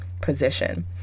position